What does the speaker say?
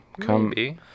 come